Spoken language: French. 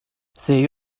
c’est